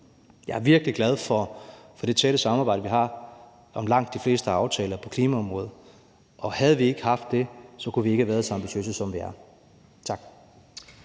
Jeg er virkelig glad for det tætte samarbejde, vi har om langt de fleste aftaler på klimaområdet, og havde vi ikke haft det, kunne vi ikke have været så ambitiøse, som vi er. Tak.